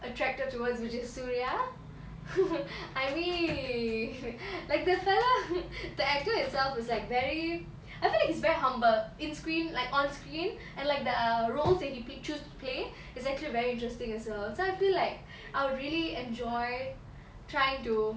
attracted towards which is suriya I mean like the fellow the actor itself was like very I think he's very humble in screen like on screen and like their roles that he pick choose to play is actually very interesting also so I feel like I would really enjoy trying to